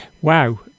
wow